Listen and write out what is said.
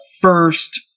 first